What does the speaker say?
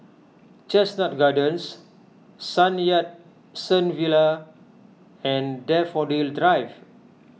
Chestnut Gardens Sun Yat Sen Villa and Daffodil Drive